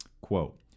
quote